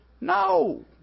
No